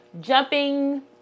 jumping